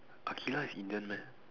Aqilah is Indian meh